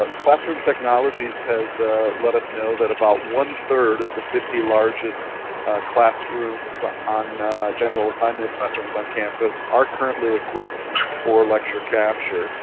but classroom technologies has let us know that about one third of the fifty largest classrooms on general assignment classrooms on campus are currently equipped for lecture capture.